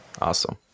Awesome